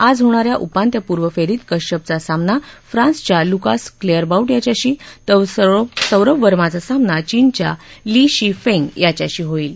आज होणाऱ्या उपान्त्यपूर्व फेरीत कश्यपचा सामना फ्रान्सच्या लुकास क्लेयरबाउट याच्याशी तर सौरभ वर्माचा सामना चीनच्या ली शी फेंग याच्याशी होईल